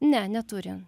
ne neturi